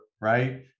right